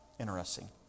Interesting